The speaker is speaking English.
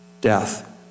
death